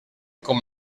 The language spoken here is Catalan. com